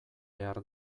behar